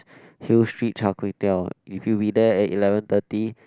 Hill Street Char-Kway-Teow if you be there at eleven thirty